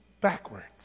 backwards